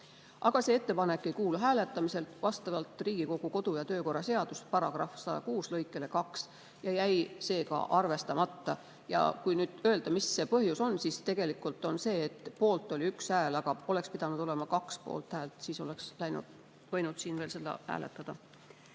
Aga see ettepanek ei kuulu hääletamisele vastavalt Riigikogu kodu‑ ja töökorra seaduse § 106 lõikele 2, see jäi seega arvestamata. Kui nüüd öelda, mis see põhjus on, siis tegelikult see, et poolt oli 1 hääl, aga oleks pidanud olema 2 poolthäält, siis oleks võinud siin veel seda hääletada.